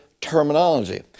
terminology